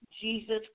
Jesus